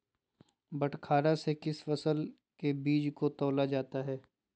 बटखरा से किस फसल के बीज को तौला जाता है?